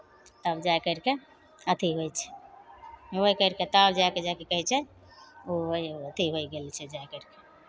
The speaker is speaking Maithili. तब जाए करि कऽ अथि होइ छै होइ करि कऽ तब जाए कऽ जेकि कहै छियै ओ अथि होइ गेल छै जाए करि कऽ